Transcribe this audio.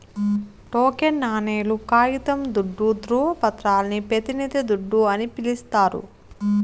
token నాణేలు, కాగితం దుడ్డు, దృవపత్రాలని పెతినిది దుడ్డు అని పిలిస్తారు